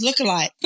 lookalike